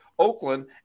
Oakland